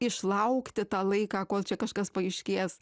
išlaukti tą laiką kol čia kažkas paaiškės